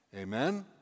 Amen